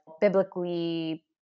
biblically